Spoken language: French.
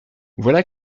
voilà